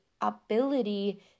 ability